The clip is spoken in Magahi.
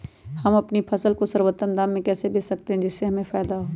हम अपनी फसल को सर्वोत्तम दाम में कैसे बेच सकते हैं जिससे हमें फायदा हो?